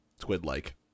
Squid-like